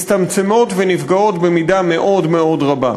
מצטמצמים ונפגעים במידה מאוד מאוד רבה.